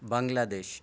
Bangladesh